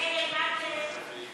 ההסתייגות (4)